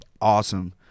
awesome